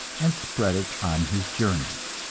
and spread it on his journeys.